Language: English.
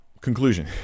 Conclusion